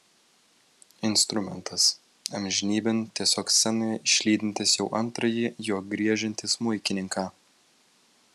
instrumentas amžinybėn tiesiog scenoje išlydintis jau antrąjį juo griežiantį smuikininką